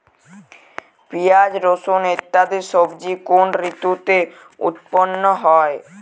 পিঁয়াজ রসুন ইত্যাদি সবজি কোন ঋতুতে উৎপন্ন হয়?